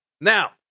Now